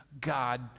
God